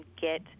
get